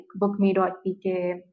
Bookme.pk